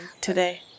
today